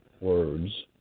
words